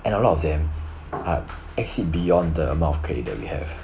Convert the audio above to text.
and a lot of them uh exceed beyond the amount of credit that we have